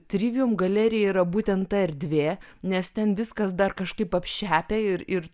trivium galerija yra būtent ta erdvė nes ten viskas dar kažkaip apšepę ir ir